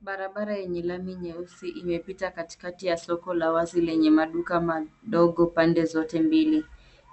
Barabara yenye lami nyeusi imepita katikati ya soko la wazi lenye maduka madogo pande zote mbili.